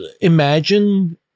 imagine